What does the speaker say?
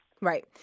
Right